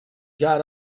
got